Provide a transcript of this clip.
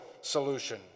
solution